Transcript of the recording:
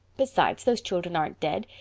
besides, those children aren't dead.